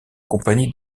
compagnie